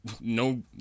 no